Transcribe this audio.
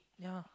ya